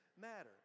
matter